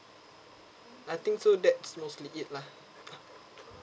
I think so that's mostly it lah